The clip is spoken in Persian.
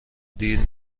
دیر